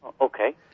okay